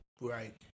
Right